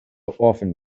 often